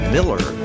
Miller